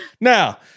Now